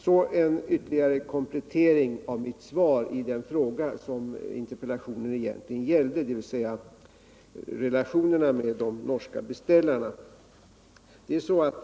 Sedan vill jag ytterligare komplettera mitt svar i den fråga interpellationen egentligen gällde, dvs. relationerna med de norska beställarna.